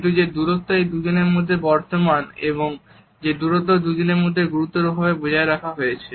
কিন্তু যে দূরত্ব এই দুজনের মধ্যে বর্তমান এবং যে দূরত্ব দুজনের মধ্যে গুরুতরভাবে বজায় রাখা হয়েছে